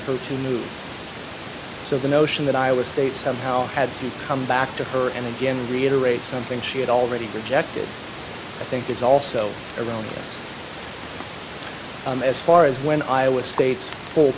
her to move so the notion that iowa state somehow had to come back to her and again reiterate something she had already rejected i think is also erroneous as far as when iowa state's